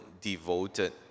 Devoted